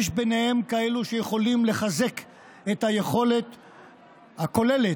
ויש ביניהם כאלה שיכולים לחזק את היכולת הכוללת,